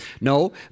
No